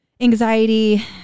anxiety